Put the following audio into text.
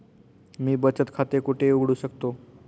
मी बचत खाते कुठे उघडू शकतो?